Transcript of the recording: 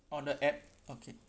on the app okay